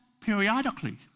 periodically